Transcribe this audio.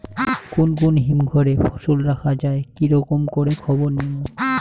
কুন কুন হিমঘর এ ফসল রাখা যায় কি রকম করে খবর নিমু?